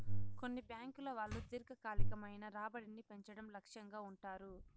కొన్ని బ్యాంకుల వాళ్ళు దీర్ఘకాలికమైన రాబడిని పెంచడం లక్ష్యంగా ఉంటారు